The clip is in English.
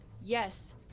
Yes